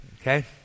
Okay